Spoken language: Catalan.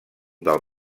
del